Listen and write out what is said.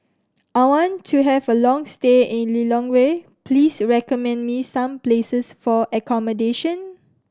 I want to have a long stay in Lilongwe please recommend me some places for accommodation